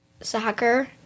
soccer